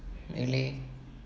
really